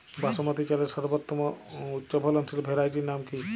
বাসমতী চালের সর্বোত্তম উচ্চ ফলনশীল ভ্যারাইটির নাম কি?